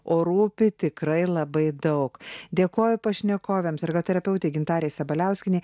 o rūpi tikrai labai daug dėkojo pašnekovėms ar terapeutė gintarė sabaliauskienė